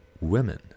women